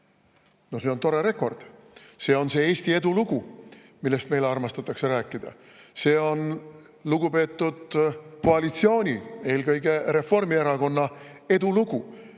See on tore rekord, see on Eesti edulugu, millest meil armastatakse rääkida. See on lugupeetud koalitsiooni, eelkõige Reformierakonna edulugu: